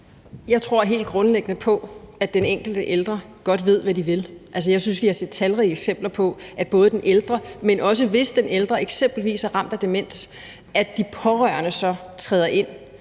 Jeg tror helt grundlæggende på, at den enkelte ældre godt ved, hvad vedkommende vil. Jeg synes, vi har set talrige eksempler på, at ældre – også ældre, som eksempelvis er ramt af demens – har pårørende, der så træder ind.